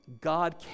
God